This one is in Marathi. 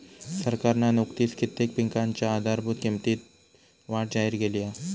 सरकारना नुकतीच कित्येक पिकांच्या आधारभूत किंमतीत वाढ जाहिर केली हा